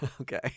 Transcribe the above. Okay